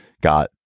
Got